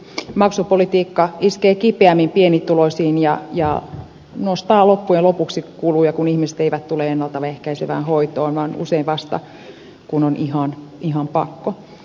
maksupolitiikka iskee kipeimmin pienituloisiin ja nostaa loppujen lopuksi kuluja kun ihmiset eivät tule ennalta ehkäisevään hoitoon vaan usein vasta kun on ihan pakko